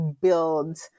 build